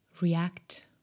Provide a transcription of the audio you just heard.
react